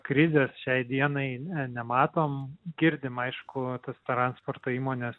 krizės šiai dienai ne nematom girdime aišku tas transporto įmones